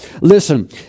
listen